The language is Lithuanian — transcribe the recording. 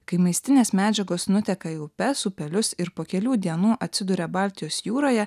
kai maistinės medžiagos nuteka į upes upelius ir po kelių dienų atsiduria baltijos jūroje